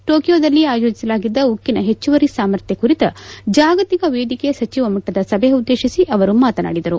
ಟೋಕಿಯೋದಲ್ಲಿಂದು ಆಯೋಜಿಸಲಾಗಿದ್ದ ಉಕ್ಕಿನ ಹೆಚ್ಚುವರಿ ಸಾಮರ್ಥ್ಲ ಕುರಿತ ಜಾಗತಿಕ ವೇದಿಕೆಯ ಸಚಿವ ಮಟ್ಟದ ಸಭೆ ಉದ್ದೇಶಿಸಿ ಅವರು ಮಾತನಾಡಿದರು